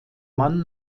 mann